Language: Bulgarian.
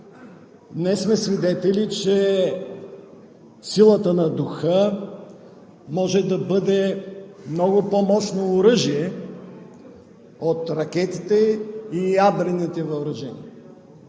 Днес сме свидетели, че силата на духа може да бъде много по-мощно оръжие от ракетите и ядрените въоръжения.